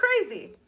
crazy